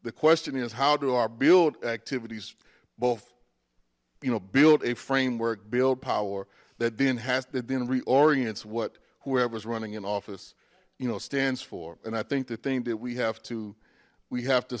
the question is how do our build activities both you know build a framework build power that then has then reorients what whoever's running in office you know stands for and i think the thing that we have to we have to